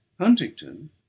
huntington